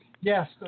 Yes